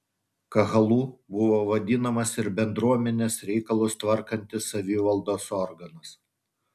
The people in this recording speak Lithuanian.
kahalu buvo vadinamas ir bendruomenės reikalus tvarkantis savivaldos organas